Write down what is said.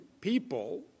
people